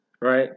right